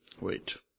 Wait